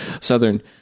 southern